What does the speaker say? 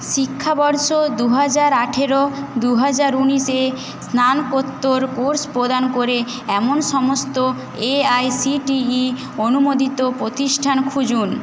শিক্ষাবর্ষ দু হাজার আঠেরো দু হাজার উনিশে স্নানকোত্তর কোর্স প্রদান করে এমন সমস্ত এআইসিটিই অনুমোদিত প্রতিষ্ঠান খুঁজুন